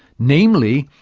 namely,